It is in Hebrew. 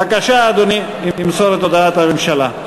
בבקשה, אדוני, תמסור את הודעת הממשלה.